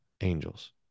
angels